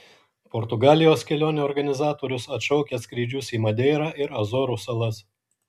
portugalijos kelionių organizatorius atšaukia skrydžius į madeirą ir azorų salas